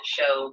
show